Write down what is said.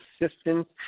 assistance